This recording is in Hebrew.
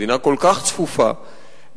מדינה כל כך צפופה באוכלוסייה,